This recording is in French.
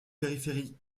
périphérie